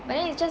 mmhmm